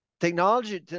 Technology